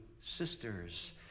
sisters